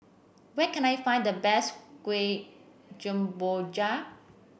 where can I find the best kueh Gemboja